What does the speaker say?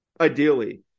ideally